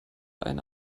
eine